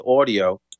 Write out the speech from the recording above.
audio